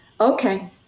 Okay